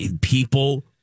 people